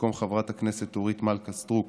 במקום חברת הכנסת אורית מלכה סטרוק